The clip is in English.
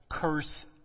curse